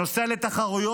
נוסע איתו לתחרויות,